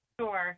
sure